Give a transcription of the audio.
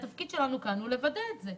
התפקיד שלנו הוא לוודא זאת.